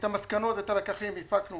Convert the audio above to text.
את המסקנות, את הלקחים הפקנו